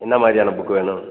என்ன மாதிரியான புக் வேணும்